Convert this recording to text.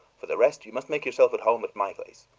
for the rest, you must make yourself at home at my place.